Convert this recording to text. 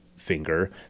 finger